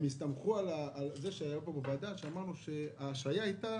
הם הסתמכו על זה שבוועדה אמרו שההשהיה הייתה,